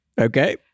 Okay